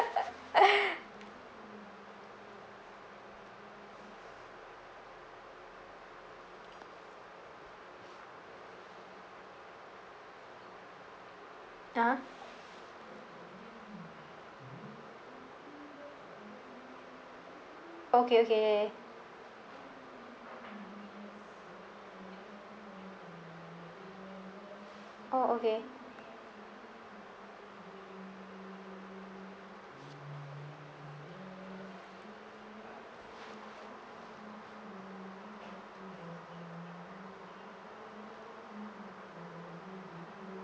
(uh huh) okay okay oh okay